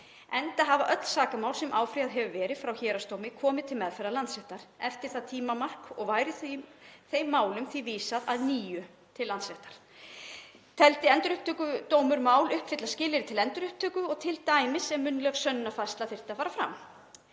Enda hafa öll sakamál sem áfrýjað hefur verið frá héraðsdómi komið til meðferðar Landréttar eftir það tímamark og væri þeim málum því vísað „að nýju“ til Landsréttar teldi Endurupptökudómur mál uppfylla skilyrði til endurupptöku og t.d. ef munnleg sönnunarfærsla þyrfti að fara fram.